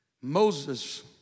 Moses